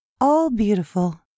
all-beautiful